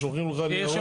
שולחים לך ניירות.